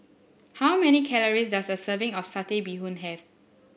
how many calories does a serving of Satay Bee Hoon have